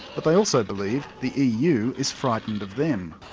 but they also believe the eu is frightened of them.